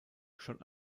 schon